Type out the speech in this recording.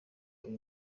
uyu